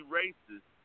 racist